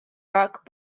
rock